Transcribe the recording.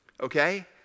Okay